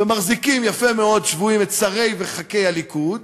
ומחזיקים יפה מאוד שבויים את שרי וח"כי הליכוד,